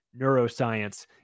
neuroscience